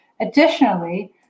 Additionally